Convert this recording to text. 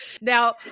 Now